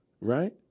right